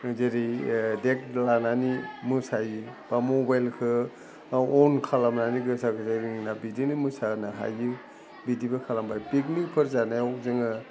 जेरै देग लानानै मोसायो बा मबाइलखो बा अन खालामनानै गोमसारबाय थायो नोंना बिदिनो मोसानो हायो बिदिबो खालामबाय पिकनिकफोर जानायाव जोङो